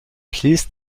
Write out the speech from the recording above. please